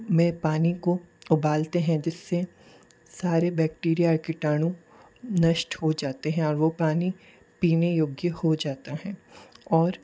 में पानी को उबलते हैं जिस से सारे बैक्टीरिया कीटाणु नष्ट हो जाते हैं और वो पानी पीने योग्य हो जाता है और